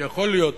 יכול להיות,